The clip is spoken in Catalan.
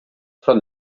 front